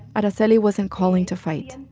araceli wasn't calling to fight.